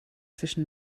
zwischen